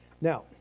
now